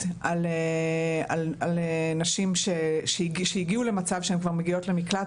על נשים שהגיעו למצב שהן כבר מגיעות למקלט,